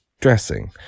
dressing